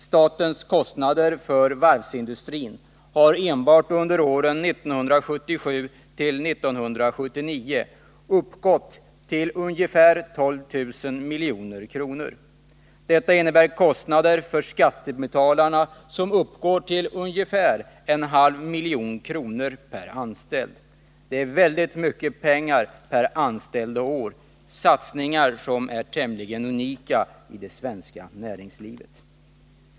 Statens kostnader för varvsindustrin har enbart under åren 1977-1979 uppgått till ca 12 000 milj.kr. Detta innebär kostnader — för skattebetalarna — som uppgår till ungefär 0,5 milj.kr. per anställd. Det är väldigt mycket pengar per anställd och år, satsningar som är tämligen unika i det svenska näringslivet.